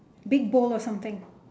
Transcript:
big bowl of something